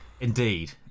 Indeed